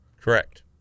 Correct